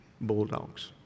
Bulldogs